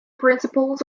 principles